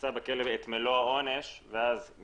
שנמצא בכלא ומרצה את מלוא העונש כשהוא